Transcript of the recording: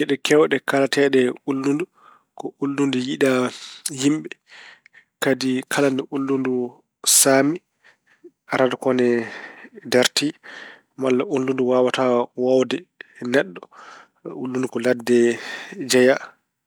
Geɗe keewɗe kaalateeɗe e ulludu ko ulludu yiɗaa yimɓe. Kadi kala nde ulludu saami arata ko ene darti. Malla ulludu waawata woowde neɗɗo. Ulludu ko ladde jeya.